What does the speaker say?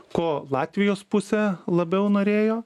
ko latvijos pusė labiau norėjo